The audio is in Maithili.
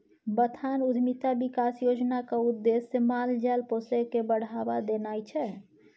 बथान उद्यमिता बिकास योजनाक उद्देश्य माल जाल पोसब केँ बढ़ाबा देनाइ छै